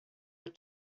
were